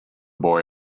boy